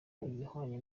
ibihwanye